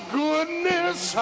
goodness